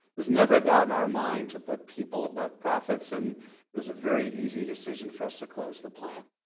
there's never a doubt in our mind to put people above profits, and it was a very easy decision for us to close the plant.